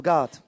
God